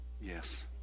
Yes